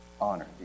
Honor